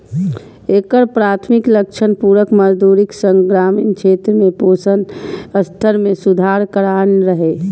एकर प्राथमिक लक्ष्य पूरक मजदूरीक संग ग्रामीण क्षेत्र में पोषण स्तर मे सुधार करनाय रहै